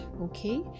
Okay